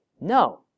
No